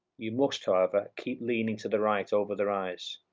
you must however, keep leaning to the right over the rise,